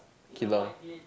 kilo